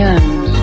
end